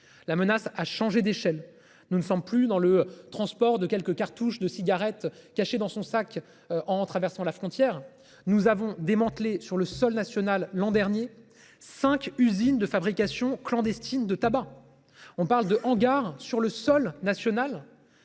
la menace a changé d'échelle. Nous ne sommes plus dans le transport de quelques cartouches de cigarettes caché dans son sac en traversant la frontière nous avons démantelé sur le sol national l'an dernier 5 usines de fabrication clandestine de tabac. On parle de hangars sur le sol national.